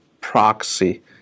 proxy